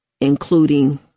including